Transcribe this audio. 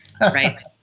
Right